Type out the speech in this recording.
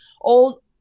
old